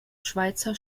schweizer